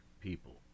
people